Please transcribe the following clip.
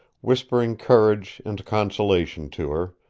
whispering courage and consolation to her,